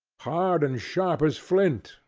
hard and sharp as flint,